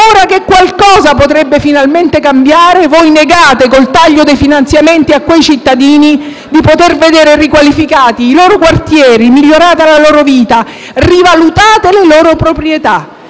ora che qualcosa potrebbe finalmente cambiare, voi negate col taglio dei finanziamenti a quei cittadini di poter veder riqualificati i loro quartieri, migliorata la loro vita, rivalutate le loro proprietà.